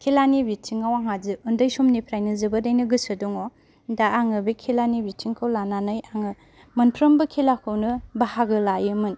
खेलानि बिथिङाव आंहा उन्दै समनिफ्रायनो जोबोदैनो गोसो दङ दा आङो बे खेलानि बिथिंखौ लानानै आङो मोनफ्रोमबो खेलाखौनो बाहागो लायोमोन